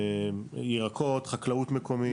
ירקות, חקלאות מקומית.